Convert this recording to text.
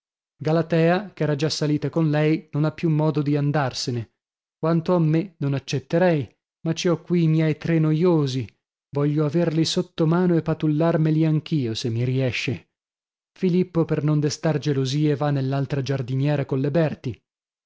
galatea ch'era già salita con lei non ha più modo di andarsene quanto a me non accetterei ma ci ho qui i miei tre noiosi voglio averli sotto mano e patullarmeli anch'io se mi riesce filippo per non destar gelosie va nell'altra giardiniera colle berti